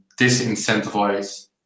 disincentivize